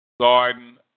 Garden